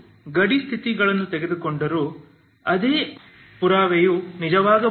ನೀವು ಗಡಿ ಸ್ಥಿತಿಯನ್ನು ತೆಗೆದುಕೊಂಡರೂ ಅದೇ ಪುರಾವೆಯು ನಿಜವಾಗಬಹುದು